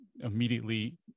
immediately